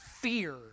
fear